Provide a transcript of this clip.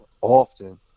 often